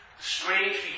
Strange